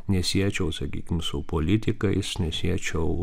nesiečiau sakykim su politikais nesiečiau